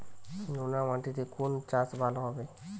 নোনা মাটিতে কোন চাষ ভালো হবে?